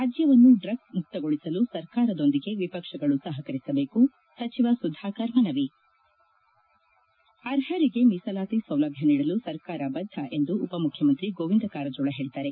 ರಾಜ್ಯವನ್ನು ಡ್ರಗ್ಲ್ ಮುಕ್ತಗೊಳಿಸಲು ಸರ್ಕಾರದೊಂದಿಗೆ ವಿಪಕ್ಷಗಳು ಸಹಕರಿಸಬೇಕು ಸಚಿವ ಸುಧಾಕರ್ ಮನವಿ ಅರ್ಹರಿಗೆ ಮೀಸಲಾತಿ ಸೌಲಭ್ಣ ನೀಡಲು ಸರ್ಕಾರ ಬದ್ದ ಎಂದು ಉಪ ಮುಖ್ಣಮಂತ್ರಿ ಗೋವಿಂದ ಕಾರಜೋಳ ಹೇಳಿದ್ದಾರೆ